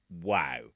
wow